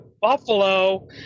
Buffalo